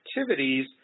activities